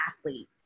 athlete